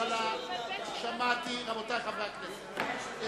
רבותי חברי הכנסת,